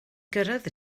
gyrraedd